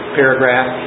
paragraph